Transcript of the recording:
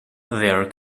their